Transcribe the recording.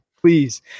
please